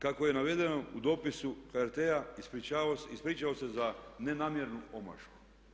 Kako je navedeno u dopisu HRT-a ispričao se za nenamjernu omašku.